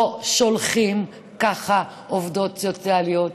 לא שולחים ככה עובדות סוציאליות.